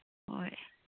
ꯍꯣꯏ